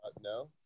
No